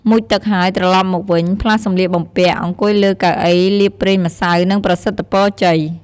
មុជទឹកហើយត្រឡប់មកវិញ ផ្លាស់សំលៀកបំពាក អង្គុយលើកៅអីលាបប្រេងម្សៅ និងប្រសិទ្ធពរជ័យ ។